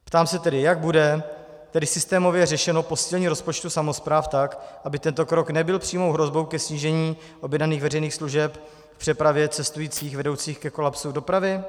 Ptám se tedy, jak bude systémově řešeno posílení rozpočtu samospráv tak, aby tento krok nebyl přímou hrozbou ke snížení objednaných veřejných služeb v přepravě cestujících vedoucí ke kolapsu v dopravě.